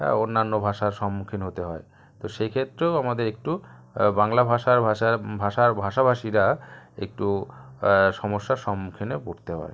হ্যাঁ অন্যান্য ভাষার সম্মুখীন হতে হয় তো সেক্ষেত্রেও আমাদের একটু বাংলা ভাষার ভাষার ভাষার ভাষাভাষীরা একটু সমস্যার সম্মুখীনে পড়তে হয়